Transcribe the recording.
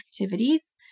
activities